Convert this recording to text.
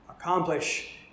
Accomplish